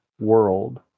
world